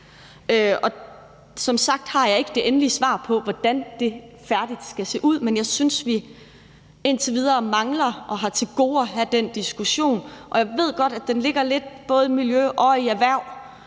Som sagt har jeg ikke det endelige svar på, hvordan det skal se ud, men jeg synes, vi indtil videre mangler og har til gode at have den diskussion. Jeg ved godt, at den ligger lidt i både miljø og i erhverv.